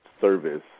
service